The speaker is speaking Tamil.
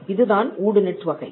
இதுதான் வூ டூ நிட் வகை